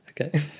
okay